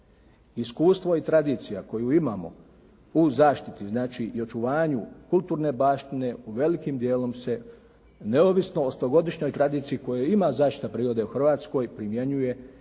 Iskustvo i tradicija koju imamo u zaštiti znači i očuvanju kulturne baštine velikim dijelom se neovisno o stogodišnjoj tradiciji koju ima zaštita prirode u Hrvatskoj primjenjuje